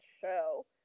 show